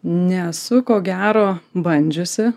nesu ko gero bandžiusi